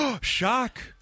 shock